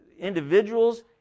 individuals